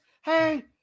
Hey